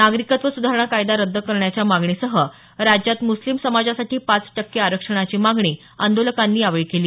नागरिकत्व सुधारणा कायदा रद्द करण्याच्या मागणीसह राज्यात मुस्लिम समाजासाठी पाच टक्के आरक्षणाची मागणी आंदोलकांनी केली